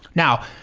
now,